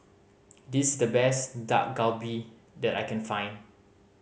this's the best Dak Galbi that I can find